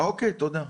תודה.